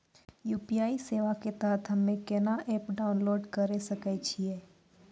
UPI सेवा के तहत हम्मे केना एप्प डाउनलोड करे सकय छियै?